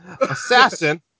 assassin